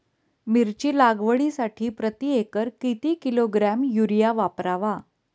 मिरची लागवडीसाठी प्रति एकर किती किलोग्रॅम युरिया वापरावा?